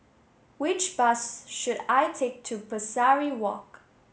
which bus should I take to Pesari Walk